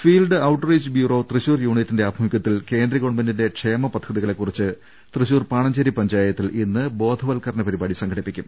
field outreach bureau Thrissur യൂണിറ്റിന്റെ ആഭിമുഖ്യ ത്തിൽ കേന്ദ്ര ഗവൺമെന്റിന്റെ ക്ഷേമ പദ്ധതികളെക്കുറിച്ച് തൃശൂർ പാണഞ്ചേരി പഞ്ചായത്തിൽ ഇന്ന് ബോധവത്ക്കരണ പരിപാടി സംഘ ടിപ്പിക്കും